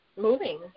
moving